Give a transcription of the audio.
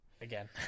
Again